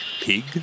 Pig